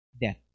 death